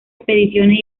expediciones